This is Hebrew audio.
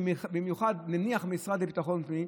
במיוחד המשרד לביטחון הפנים,